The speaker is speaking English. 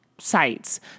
sites